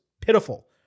pitiful